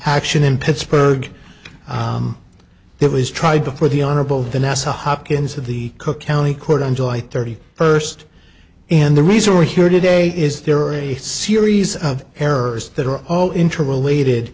action in pittsburgh there was tried before the honorable the nasa hopkins of the cook county court on july thirty first and the reason we're here today is there are a series of errors that are all interrelated